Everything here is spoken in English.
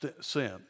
sin